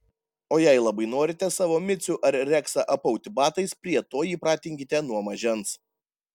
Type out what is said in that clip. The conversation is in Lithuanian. o jei labai norite savo micių ar reksą apauti batais prie to jį pratinkite nuo mažens